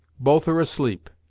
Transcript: both are asleep,